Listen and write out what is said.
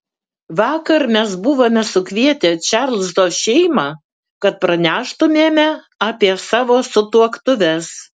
vakar mes buvome sukvietę čarlzo šeimą kad praneštumėme apie savo sutuoktuves